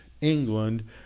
England